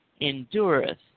endureth